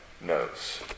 knows